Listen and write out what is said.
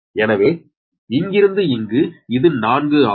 எனவே இங்கிருந்து இங்கு இது 4 ஆகும்